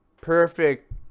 perfect